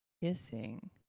kissing